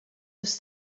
was